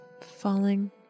falling